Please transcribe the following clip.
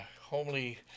homely